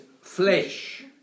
flesh